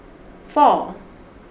four